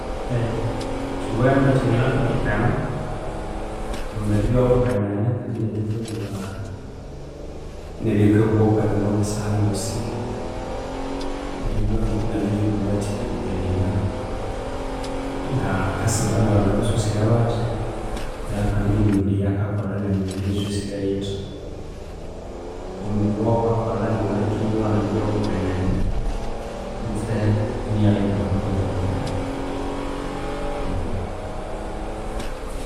kiwene kyangenathokekana omundu eribya gho kiwenene kandi enabya akabugha okwenene obulhi saha eyosi neryo ibwa ngoko nganalhyabugha kika dependinga nga akasiba nabandu aba sosire bathi neryo kandi ne mibiri eyakakolha nga ni mibiri yisosire yithi omubiri owaghukakolha anganalheka either ewaghana eribya ghukabugha okwenene.